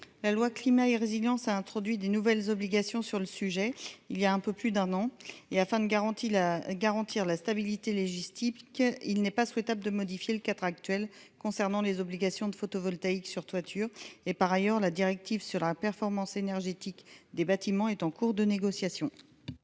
La loi climat et résilience a introduit des nouvelles obligations sur le sujet, il y a un peu plus d'un an et afin de garantie la à garantir la stabilité logistique, il n'est pas souhaitable de modifier le quatre actuelle concernant les obligations de photovoltaïque sur toiture et par ailleurs la directive sur la performance énergétique des bâtiments est en cours de négociation.